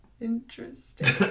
Interesting